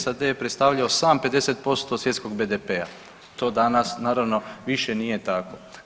SAD je predstavljao sam 50% svjetskog BDP-a, to danas naravno više nije tako.